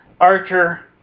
Archer